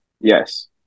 Yes